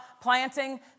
planting